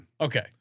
Okay